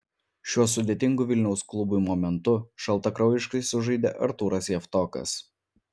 šiuo sudėtingu vilniaus klubui momentu šaltakraujiškai sužaidė artūras javtokas